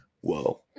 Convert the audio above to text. whoa